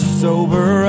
sober